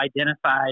identified